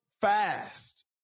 fast